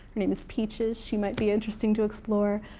her name is peaches. she might be interesting to explore.